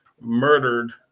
murdered